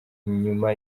inyuma